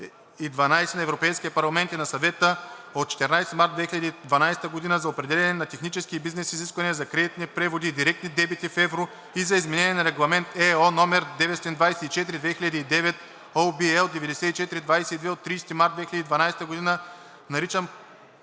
на Европейския парламент и на Съвета от 14 март 2012 г. за определяне на технически и бизнес изисквания за кредитни преводи и директни дебити в евро и за изменение на Регламент (ЕО) № 924/2009 (ОВ, L 94/22 от 30 март 2012 г.),